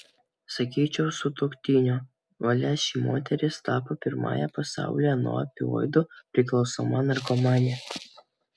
sakyčiau sutuoktinio valia ši moteris tapo pirmąja pasaulyje nuo opioidų priklausoma narkomane